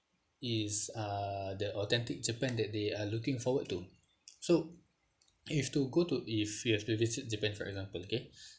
is uh the authentic japan that they are looking forward to so if you were to if you have to visit japan for example okay